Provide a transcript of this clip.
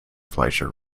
fleischer